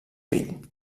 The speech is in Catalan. fill